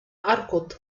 أركض